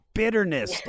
bitterness